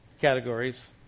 categories